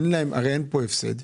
הרי אין פה הפסד,